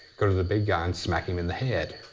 go to the big guy and smack him in the head.